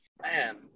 Man